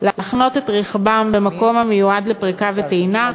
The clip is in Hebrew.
להחנות את רכבם במקום המיועד לפריקה וטעינה,